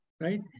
right